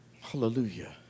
Hallelujah